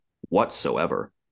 whatsoever